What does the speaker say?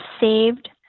saved